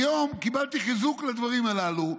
היום קיבלתי חיזוק לדברים האלה.